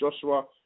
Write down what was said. Joshua